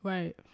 Right